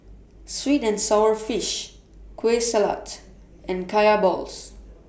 Sweet and Sour Fish Kueh Salat and Kaya Balls